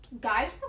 guys